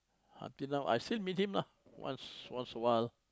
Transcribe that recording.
until now I still meet him lah once awhile